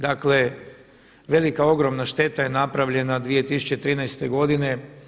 Dakle velika ogromna šteta je napravljena 2013. godine.